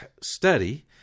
study